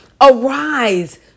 arise